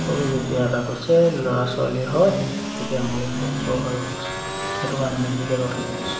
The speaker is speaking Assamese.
আৰু যেতিয়া এটা কৈছে ল'ৰা ছোৱালীয়ে হয় তেতিয়া বহুত কষ্ট হৈ গৈছে সেইটো কাৰণে মেডিকেলত লৈ গৈছে